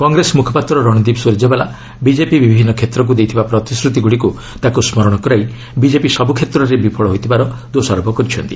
କଂଗ୍ରେସ ମ୍ରଖପାତ୍ର ରଣଦୀପ ସ୍ୱରକେଓ୍ବାଲା ବିଜେପି ବିଭିନ୍ନ କ୍ଷେତ୍ରକୁ ଦେଇଥିବା ପ୍ରତିଶ୍ରତିଗୁଡ଼ିକୁ ତାକୁ ସ୍କରଣ କରାଇ ବିଜେପି ସବୁ କ୍ଷେତ୍ରରେ ବିଫଳ ହୋଇଥିବାର ଦୋଷାରୋପ କରିଛନ୍ତି